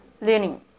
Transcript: learning